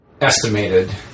estimated